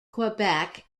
quebec